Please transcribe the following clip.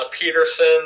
Peterson